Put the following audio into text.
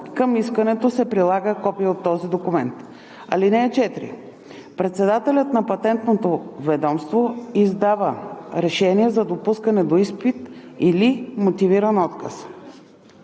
към искането се прилага копие от този документ. (4) Председателят на Патентното ведомство издава решение за допускане до изпит или мотивиран отказ.